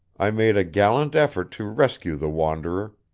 i made a gallant effort to rescue the wanderer,